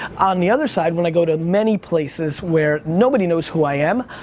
on the other side, when i go to many places where nobody knows who i am,